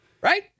Right